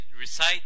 recite